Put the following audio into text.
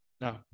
No